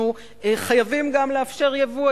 אנחנו חייבים גם לאפשר יבוא.